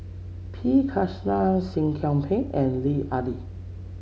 P Krishnan Seah Kian Peng and Lut Ali